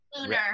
Lunar